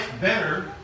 better